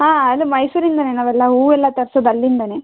ಹಾಂ ಅಂದರೆ ಮೈಸೂರಿಂದಲೇ ನಾವೆಲ್ಲ ಹೂವೆಲ್ಲ ತರ್ಸೋದು ಅಲ್ಲಿಂದಲೇ